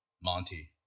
Monty